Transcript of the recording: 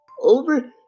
over